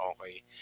okay